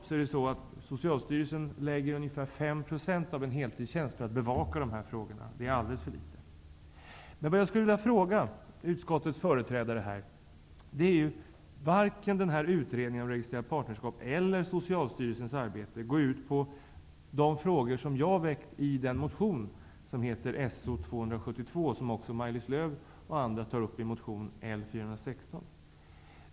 Socialstyrelsen tar i anspråk 5 % av en heltidstjänst för att bevaka dessa frågor, och det är alldeles för litet. Jag skulle vilja ställa ett par frågor till utskottets företrädare. Varken utredningen om registrerat partnerskap eller Socialstyrelsens arbete tar upp de frågor som jag har väckt i motion So272 och som L416.